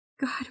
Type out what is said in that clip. God